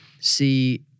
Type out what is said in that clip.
see